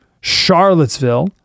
Charlottesville